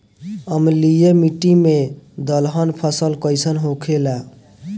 अम्लीय मिट्टी मे दलहन फसल कइसन होखेला?